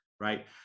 right